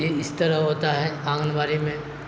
یہ یہ اس طرح ہوتا ہے آنگن واڑی میں